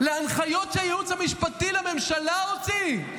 להנחיות שהייעוץ המשפטי לממשלה הוציא?